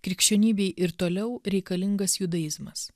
krikščionybei ir toliau reikalingas judaizmas